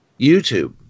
YouTube